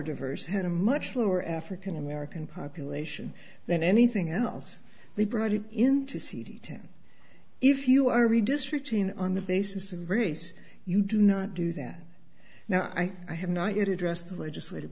diverse had a much lower african american population than anything else they brought it in to see ten if you are redistricting on the basis of race you do not do that now i think i have not yet addressed the legislat